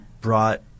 brought –